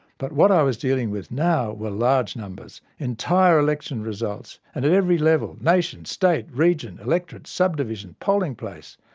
but what i was dealing with now were large numbers entire election results, and at every level, nation, state, region, electorate, sub-division, polling place.